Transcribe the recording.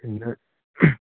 ہَے نہَ